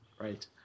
right